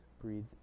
breathe